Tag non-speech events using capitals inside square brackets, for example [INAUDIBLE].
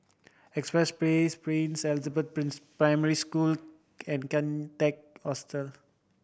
Express Place Princess Elizabeth [UNINTELLIGIBLE] Primary School and Kian Teck Hostel